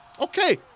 Okay